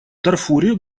дарфуре